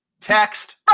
Text